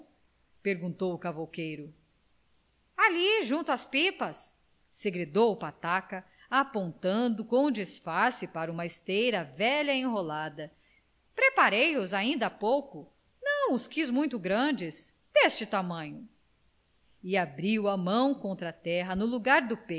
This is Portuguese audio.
perguntou o cavouqueiro ali junto às pipas segredou o pataca apontando com disfarce para uma esteira velha enrolada preparei os ainda há pouco não os quis muito grandes deste tamanho e abriu a mão contra a terra no lugar do